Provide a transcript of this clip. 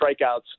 strikeouts